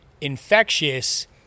infectious